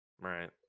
Right